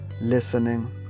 listening